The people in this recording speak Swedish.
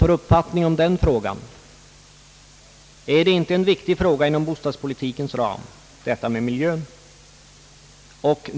är inte miljöproblemet en viktig fråga inom bostadspolitikens ram?